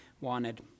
wanted